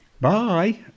Bye